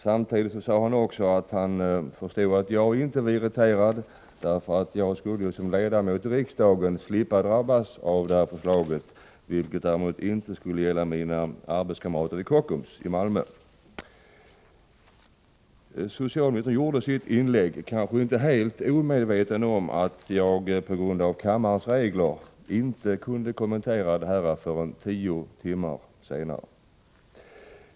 Samtidigt sade han också att han förstod att jag inte blev irriterad därför att jag som ledamot av riksdagen skulle slippa drabbas av förslaget, vilket däremot inte skulle gälla mina arbetskamrater på Kockums i Malmö. Socialministern gjorde sitt inlägg kanske inte helt omedveten om att jag, på grund av kammarens regler, inte kunde kommentera detta förrän tio timmar senare.